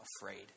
afraid